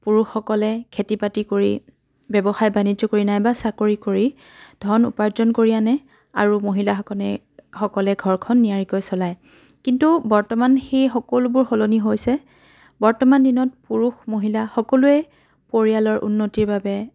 পুৰুষসকলে খেতি বাতি কৰি ব্যৱসায় বাণিজ্য কৰি নাইবা চাকৰি কৰি ধন উপাৰ্জন কৰি আনে আৰু মহিলাসকনে সকলে ঘৰখন নিয়াৰিকৈ চলায় কিন্তু বৰ্তমান সেই সকলোবোৰ সলনি হৈছে বৰ্তমান দিনত পুৰুষ মহিলা সকলোৱে পৰিয়ালৰ উন্নতিৰ বাবে